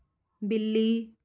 बिल्ली